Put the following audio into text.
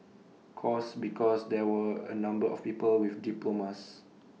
course because there were A number of people with diplomas